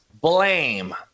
blame